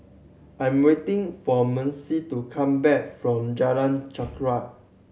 I'm waiting for Macy to come back from Jalan Chorak